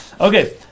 Okay